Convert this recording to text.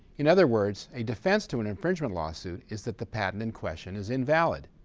in other words, a defense to an infringement lawsuit is that the patent in question is invalid.